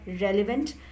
relevant